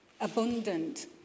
abundant